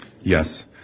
Yes